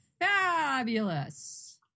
fabulous